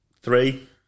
three